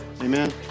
Amen